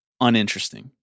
uninteresting